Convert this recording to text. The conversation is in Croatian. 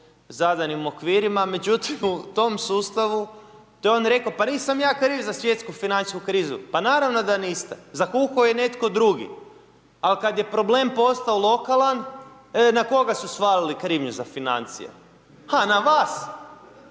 zadanim okvirima. Međutim, u tom sustavu, to je on rekao, pa nisam ja kriv za svjetsku financijsku krizu, pa naravno da niste, zakuhao je netko drugi. Al, kada je problem postao lokalan, na koga su svalili krivnju za financije? Ha, na vas.